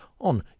on